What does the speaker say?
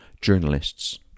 journalists